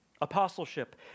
Apostleship